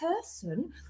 person